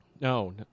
No